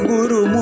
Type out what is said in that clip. Guru